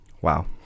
Wow